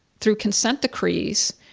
through consent decrees,